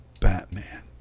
Batman